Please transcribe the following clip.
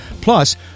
Plus